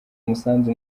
umusanzu